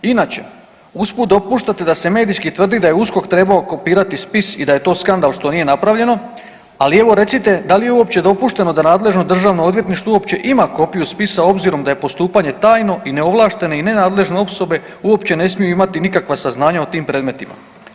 Inače, usput dopuštate da se medijski tvrdi da je USKOK trebao kopirati spis i da je to skandal što nije napravljeno, ali evo recite da li je uopće dopušteno da nadležno državno odvjetništvo uopće ima kopiju spisa obzirom da je postupanje tajno i neovlašteno i nenadležne osobe uopće ne smiju imati nikakva saznanja o tim predmetima?